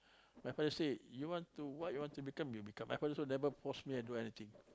my father say you want to what you want to become you become